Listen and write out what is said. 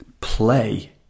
play